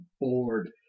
bored